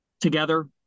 together